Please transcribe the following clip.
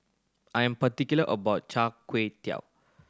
I am particular about Char Kway Teow